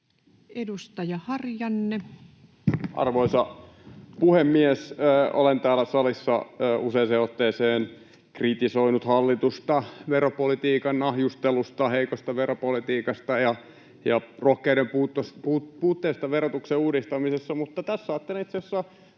15:47 Content: Arvoisa puhemies! Olen täällä salissa useaan otteeseen kritisoinut hallitusta veropolitiikan nahjustelusta, heikosta veropolitiikasta ja rohkeuden puutteesta verotuksen uudistamisessa, mutta tässä ajattelin itse asiassa